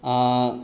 आ